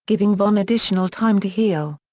giving vonn additional time to heal.